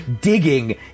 digging